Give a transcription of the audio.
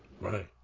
Right